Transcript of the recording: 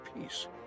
peace